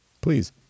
please